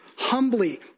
Humbly